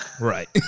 right